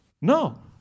No